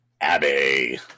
Abby